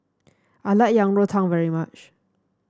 I like Yang Rou Tang very much